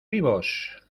vivos